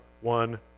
one